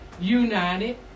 united